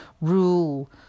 rule